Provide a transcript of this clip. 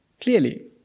clearly